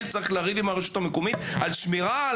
צריך לריב עם הרשות המקומית על נושאים כמו שמירה,